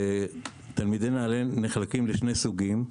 תלמידי נעל"ה נחלקים לשני סוגים.